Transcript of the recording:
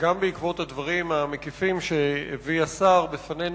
גם בעקבות הדברים המקיפים שהביא השר לפנינו,